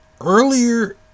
earlier